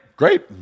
Great